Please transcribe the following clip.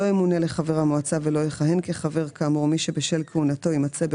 עולם הספורט הוא ההצדקה להכנסות האלו.